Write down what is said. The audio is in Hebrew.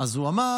הוא אמר